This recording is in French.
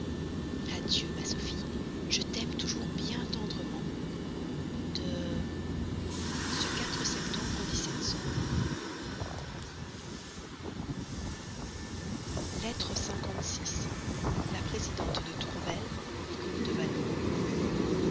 adieu ma sophie je t'aime toujours bien tendrement de lettre la présidente tourvel au vicomte de